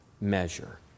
measure